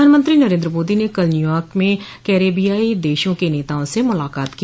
प्रधानमंत्री नरेंद्र मोदी ने कल न्यूयॉर्क में कैरिबियाई देशों के नेताओं से मुलाकात की